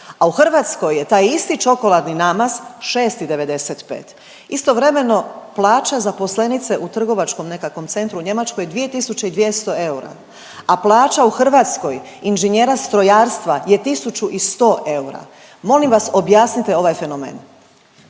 a u Hrvatskoj je taj isti čokoladni namaz 6,95. Istovremeno plaća zaposlenice u trgovačkom nekakvom centru u Njemačkoj 2.200 eura, a plaća u Hrvatskoj inženjera strojarstva je 1.100 eura. Molim vas objasnite ovaj fenomen.